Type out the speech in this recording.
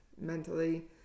mentally